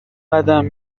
قدم